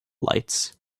lights